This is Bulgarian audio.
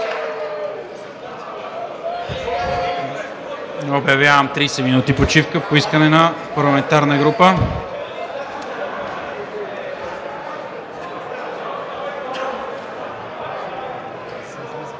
Обявявам 30 минути почивка по искане на парламентарна група.